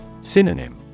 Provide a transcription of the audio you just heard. Synonym